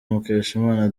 mukeshimana